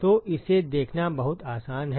तो इसे देखना बहुत आसान है